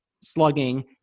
slugging